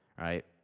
right